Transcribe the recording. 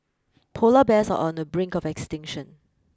polar bears are on the brink of extinction